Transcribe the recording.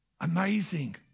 Amazing